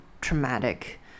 traumatic